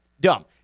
dumb